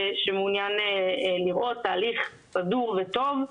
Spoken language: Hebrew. שמעוניין לראות תהליך סדור וטוב,